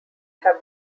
have